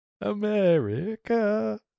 America